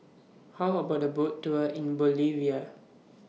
How about A Boat Tour in Bolivia